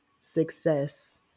success